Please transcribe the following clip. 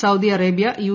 Saudi Arabia U